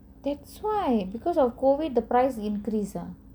that's why because of COVID the price increase ah